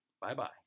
Bye-bye